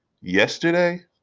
yesterday